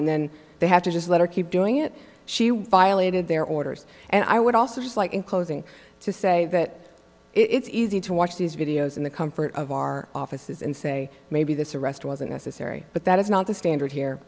and then they have to just let her keep doing it she violated their orders and i would also just like in closing to say that it's easy to watch these videos in the comfort of our offices and say maybe this arrest wasn't necessary but that is not the standard here